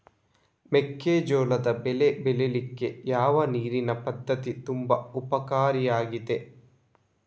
ಮೆಕ್ಕೆಜೋಳದ ಬೆಳೆ ಬೆಳೀಲಿಕ್ಕೆ ಯಾವ ನೀರಿನ ಪದ್ಧತಿ ತುಂಬಾ ಉಪಕಾರಿ ಆಗಿದೆ?